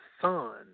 son